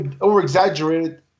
over-exaggerated